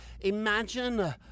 Imagine